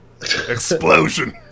explosion